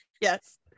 yes